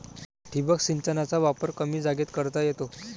ठिबक सिंचनाचा वापर कमी जागेत करता येतो